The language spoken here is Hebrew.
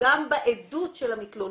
גם בעדות של המתלוננת,